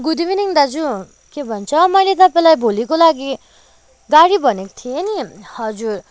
good evening दाजु के भन्छ मैले तपाईँलाई भोलिको लागि गाडी भनेको थिएँ नि हजुर